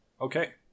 okay